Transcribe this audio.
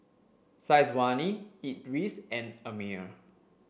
Syazwani Idris and Ammir